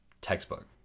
textbook